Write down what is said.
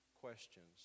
questions